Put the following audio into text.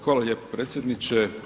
Hvala lijepo, predsjedniče.